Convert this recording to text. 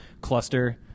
cluster